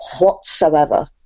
whatsoever